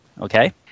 okay